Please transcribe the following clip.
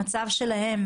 המצב שלהם,